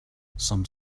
some